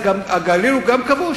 אז הגליל הוא גם כבוש?